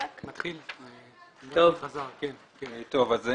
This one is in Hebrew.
אתה בעצם בא ואומר מלכתחילה תבחנו את השאלה